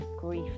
grief